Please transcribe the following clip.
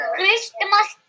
Christmas